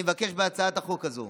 אני מבקש בהצעת החוק הזו